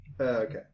Okay